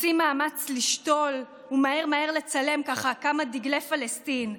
עושים מאמץ לשתול ומהר מהר לצלם ככה כמה דגלי פלסטין.